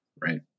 right